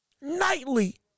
nightly